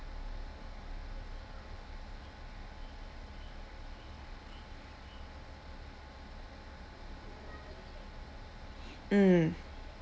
mm